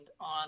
on